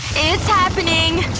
it's happening,